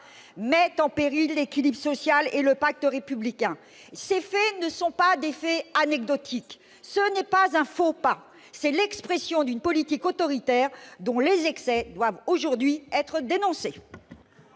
mettent en péril l'équilibre social et le pacte républicain. Ces faits ne sont pas anecdotiques. Il ne s'agit pas d'un faux pas. Ils sont l'expression d'une politique autoritaire, dont les excès doivent être dénoncés.